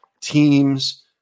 teams